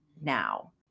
now